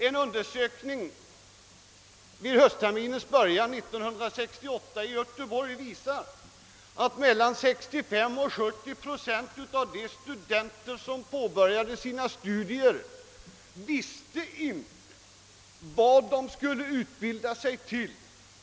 En undersökning vid höstterminens början 1968 i Göteborg visar, att 65—70 procent av de studenter som påbörjade sina studier inte visste vad de skulle utbilda sig till.